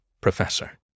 professor